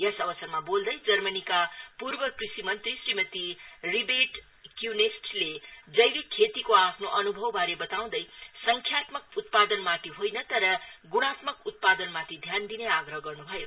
यस अवसरमा बोल्दै जर्मनीका पूर्व कृषि मंत्री श्रीमती रोबर्ड क्य्नेस्टले जैविक खेतीको आफ्नो अन्भवबारे बताउँदै संस्थात्मक उत्पादनमाथि होइन तर गुणात्मक उत्पादनमाथि ध्यान दिने आग्रह गर्न् भयो